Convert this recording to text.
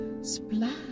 Splash